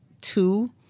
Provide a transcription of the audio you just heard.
two